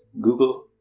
Google